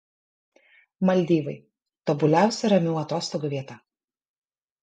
maldyvai tobuliausia ramių atostogų vieta